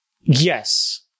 Yes